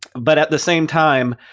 but at the same time,